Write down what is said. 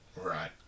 Right